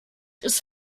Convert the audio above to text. ist